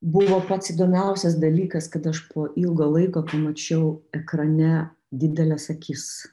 buvo pats įdomiausias dalykas kad aš po ilgo laiko pamačiau ekrane dideles akis